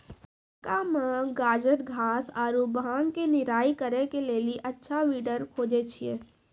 मक्का मे गाजरघास आरु भांग के निराई करे के लेली अच्छा वीडर खोजे छैय?